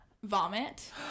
vomit